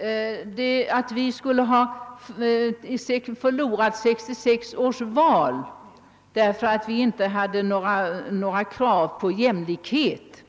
Han har tre fyra gånger slagit fast att vi förlorade 1966 års val därför att vi inte ställde några krav på jämlikhet.